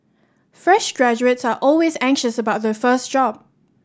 fresh graduates are always anxious about their first job